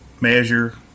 measure